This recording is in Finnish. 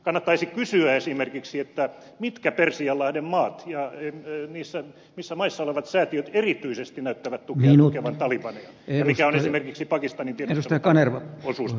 kannattaisi kysyä esimerkiksi mitkä persianlahden maat ja niissä maissa olevat säätiöt erityisesti näyttävät tukevan talibaneja ja mikä on esimerkiksi pakistanin tiedustelupalvelun osuus tässä asiassa